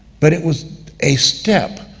but it was a step,